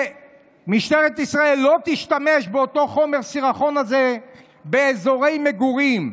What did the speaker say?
שמשטרת ישראל לא תשתמש באותו חומר הסירחון הזה באזורי מגורים.